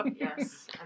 Yes